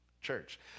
church